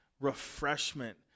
refreshment